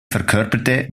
verkörperte